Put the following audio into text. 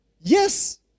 Yes